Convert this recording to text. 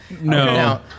no